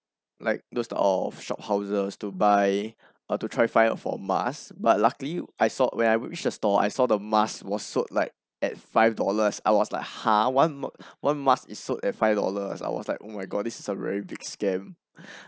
like those type of shop houses to buy err to try find for masks but luckily I saw when I reach the store I saw the mask was sold like at five dollars I was like !hah! one one mask is sold at five dollars I was like oh my god this is a very big scam